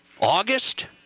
August